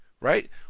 right